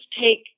take